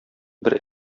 бер